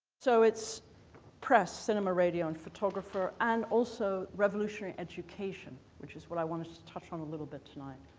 so it's press, cinema, radio and photography. and also revolutionary education, which is what i wanted to touch on a little bit tonight.